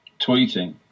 tweeting